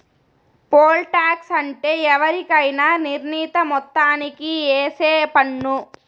pole tax అంటే ఎవరికైనా నిర్ణీత మొత్తానికి ఏసే పన్ను